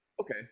Okay